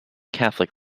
catholic